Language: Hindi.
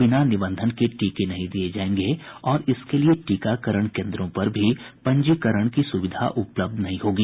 बिना निबंधन के टीके नहीं दिये जायेंगे और इसके लिये टीकाकरण केन्द्रों पर भी पंजीकरण की सुविधा उपलब्ध नहीं होगी